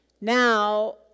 Now